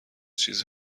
چیزی